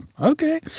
Okay